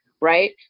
right